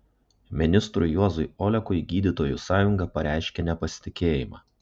ministrui juozui olekui gydytojų sąjunga pareiškė nepasitikėjimą